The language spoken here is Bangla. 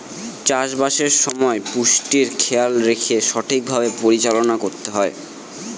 চাষবাসের সময় পুষ্টির খেয়াল রেখে ঠিক ভাবে পরিচালনা করতে হয়